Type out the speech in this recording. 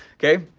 okay.